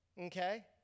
okay